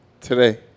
Today